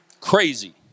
Crazy